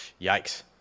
Yikes